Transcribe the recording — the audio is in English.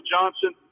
Johnson